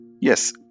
Yes